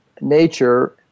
nature